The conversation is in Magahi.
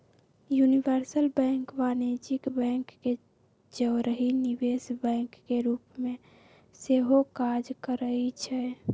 यूनिवर्सल बैंक वाणिज्यिक बैंक के जौरही निवेश बैंक के रूप में सेहो काज करइ छै